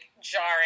jarring